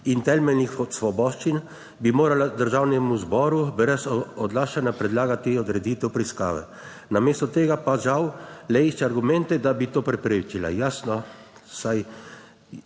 in temeljnih svoboščin, bi morala državnemu zboru brez odlašanja predlagati odreditev preiskave, namesto tega pa žal le išče argumente, da bi to preprečila. Jasno, saj